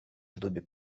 dubi